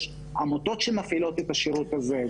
יש עמותות שמפעילות את השירות הזה.